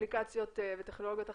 אפליקציות וטכנולוגיות אחרות.